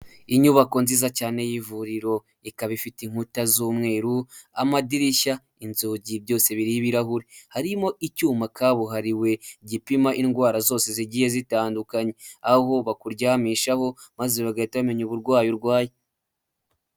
Inyubako nziza cyane y'ivuriro ikaba ifite inkuta z'umweru, amadirishya, inzugi byose biriho ibirahuri, harimo icyuma kabuhariwe gipima indwara zose zigiye zitandukanye aho bakuryamishaho maze bagahita bamenya uburwayi urwaye.